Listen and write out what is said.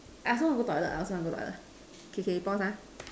I also want to go toilet I also want to go toilet K K pause lah